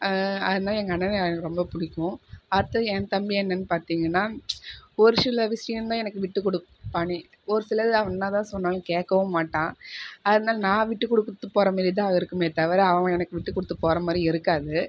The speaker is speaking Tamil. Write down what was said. அதனால் எங்கள் அண்ணனை எனக்கு ரொம்ப பிடிக்கும் அடுத்தது என் தம்பி என்னன்னு பார்த்திங்கன்னா ஒரு சில விஷியம் சிலது தான் எனக்கு விட்டு கொடுப்பானே ஒரு சிலது அவன் என்ன தான் சொன்னாலும் கேட்கவும் மாட்டான் அதனால் நான் விட்டு கொடுத்து போகற மாரி தான் இருக்குமே தவிர அவன் எனக்கு விட்டு கொடுத்து போகறமாரி இருக்காது